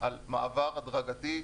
על מעבר הדרגתי,